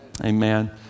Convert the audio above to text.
Amen